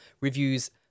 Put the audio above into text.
reviews